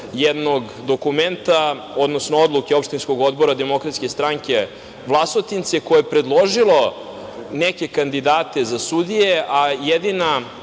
jednog dokumenta, odnosno odluke Opštinskog odbora DS Vlasotince koje je predložilo neke kandidate za sudije, a jedina